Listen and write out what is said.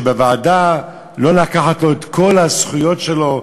שלא לקחת לו את כל הזכויות שלו,